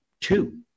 two